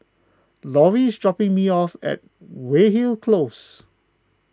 Lorrie is dropping me off at Weyhill Close